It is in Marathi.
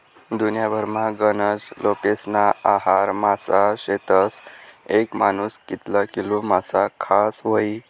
दुन्याभरमा गनज लोकेस्ना आहार मासा शेतस, येक मानूस कितला किलो मासा खास व्हयी?